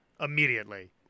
immediately